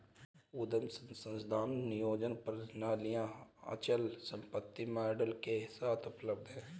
उद्यम संसाधन नियोजन प्रणालियाँ अचल संपत्ति मॉड्यूल के साथ उपलब्ध हैं